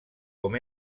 com